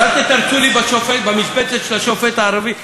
ואל תתרצו לי במשבצת של השופט הערבי.